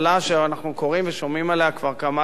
שאנחנו קוראים עליה ושומעים עליה כבר כמה זמן,